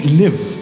live